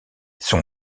son